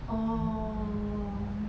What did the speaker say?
oh